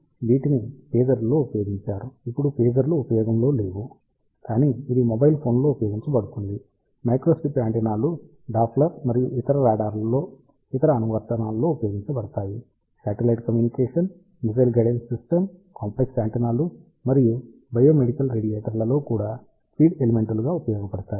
కాబట్టి వీటిని పేజర్లలో ఉపయోగించారు ఇప్పుడు పేజర్లు లేఉ కాని ఇది మొబైల్ ఫోన్లలో ఉపయోగించబడుతుంది మైక్రోస్ట్రిప్ యాంటెన్నాలు డాప్లర్ మరియు ఇతర రాడార్లలో ఇతర అనువర్తనాలలో ఉపయోగించబడతాయి satellite communication missile guidance systems complex యాంటెన్నాలు మరియు బయోమెడికల్ రేడియేటర్ లలో కూడా ఫీడ్ ఎలిమెంట్ లు గా ఉపయోగపడతాయి